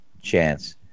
chance